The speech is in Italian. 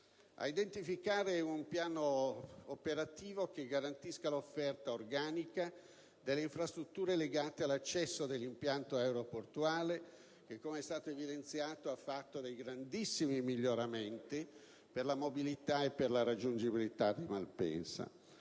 identificare un piano operativo che garantisca l'offerta organica delle infrastrutture legate all'accesso all'impianto aeroportuale che, com'è stato evidenziato, ha conosciuto dei grandissimi miglioramenti sotto il profilo della mobilità e della raggiungibilità di Malpensa.